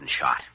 shot